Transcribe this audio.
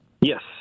Yes